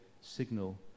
signal